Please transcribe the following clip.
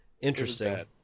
Interesting